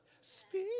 Speak